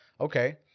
Okay